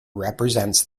represents